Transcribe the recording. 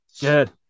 Good